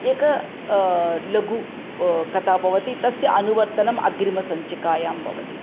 एका लघुः कथा भवति तस्य अनुवर्तनम् अग्रिम सञ्चिकायां भवति